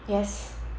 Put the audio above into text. yes